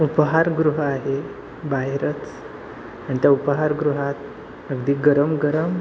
उपहारगृह आहे बाहेरच आणि त्या उपहारगृहात अगदी गरम गरम